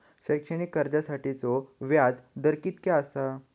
शैक्षणिक कर्जासाठीचो व्याज दर कितक्या आसा?